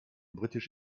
britisch